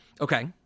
Okay